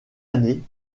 année